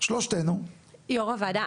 שלושתנו --- יו"ר הוועדה